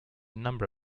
number